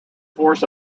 force